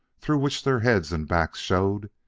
through which their heads and backs showed,